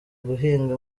guhinga